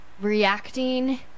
reacting